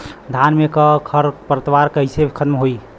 धान में क खर पतवार कईसे खत्म होई?